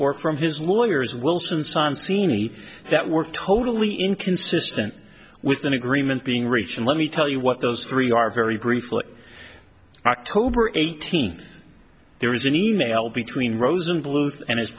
or from his lawyers wilson signed seanie that were totally inconsistent with an agreement being reached and let me tell you what those three are very briefly october eighteenth there is an e mail between rosenbluth and his